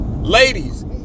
Ladies